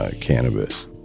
cannabis